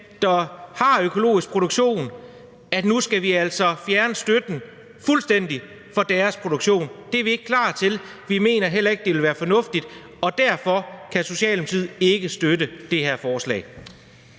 der har økologisk produktion, at nu vil vi altså fjerne støtten fuldstændig fra deres produktion. Det er vi ikke klar til, og vi mener heller ikke, det vil være fornuftigt, og derfor kan Socialdemokratiet ikke støtte det her forslag.